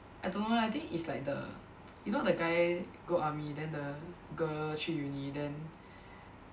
I don't know eh I think is like the you know the guy go army then the girl 去 uni then